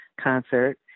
concert